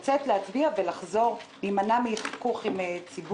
ושהוא יימנע מחיכוך עם ציבור.